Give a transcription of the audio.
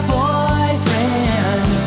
boyfriend